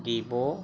দিব